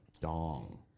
dong